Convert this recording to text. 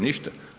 Ništa.